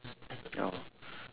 ya